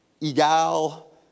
Egal